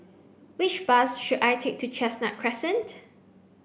which bus should I take to Chestnut Crescent